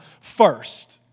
First